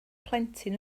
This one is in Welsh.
plentyn